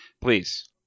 Please